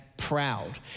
Proud